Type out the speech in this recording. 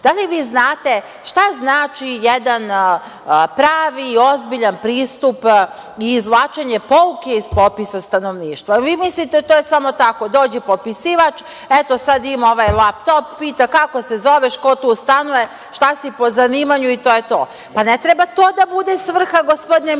Da li vi znate šta znači jedan pravi i ozbiljan pristup i izvlačenje pouke iz popisa stanovništva? Vi mislite, to je samo tako, dođe popisivač, eto ima sada ovaj laptop, pita kako se zoveš, ko tu stanuje, šta si po zanimanju, i to je to. Ne treba to da bude svrha, gospodine ministre,